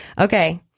Okay